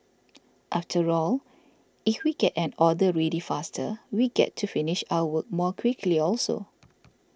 after all if we get an order ready faster we get to finish our work more quickly also